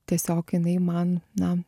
tiesiog jinai man na